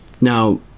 now